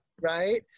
right